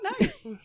nice